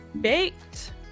baked